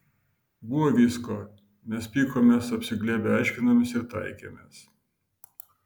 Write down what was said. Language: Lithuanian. buvo visko mes pykomės apsiglėbę aiškinomės ir taikėmės